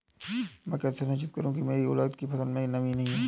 मैं कैसे सुनिश्चित करूँ की मेरी उड़द की फसल में नमी नहीं है?